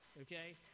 okay